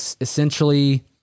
essentially